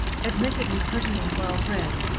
admittedly pretty and well-bred,